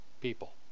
people